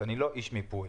אני לא איש מיפוי.